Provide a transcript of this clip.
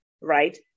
right